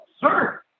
sir